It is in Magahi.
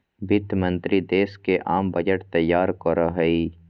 वित्त मंत्रि देश के आम बजट तैयार करो हइ